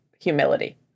humility